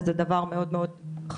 וזה דבר מאוד חשוב.